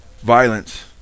Violence